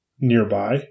nearby